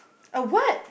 a what